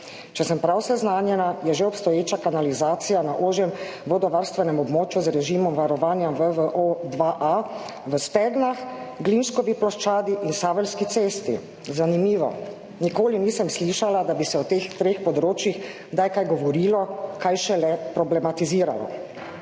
Če sem prav seznanjena, je že obstoječa kanalizacija na ožjem vodovarstvenem območju z režimom varovanja VVO II A v Stegnah, Glinškovi ploščadi in Saveljski cesti. Zanimivo. Nikoli nisem slišala, da bi se o teh treh področjih kdaj kaj govorilo, kaj šele problematiziralo.